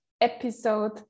episode